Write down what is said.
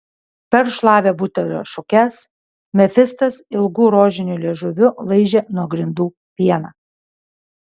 perl šlavė butelio šukes mefistas ilgu rožiniu liežuviu laižė nuo grindų pieną